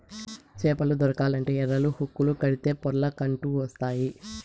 చేపలు దొరకాలంటే ఎరలు, హుక్కులు కడితే పొర్లకంటూ వస్తాయి